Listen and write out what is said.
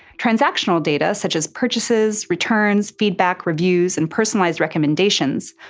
transactional data such as purchases, returns, feedback, reviews, and personalized recommendations,